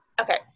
Okay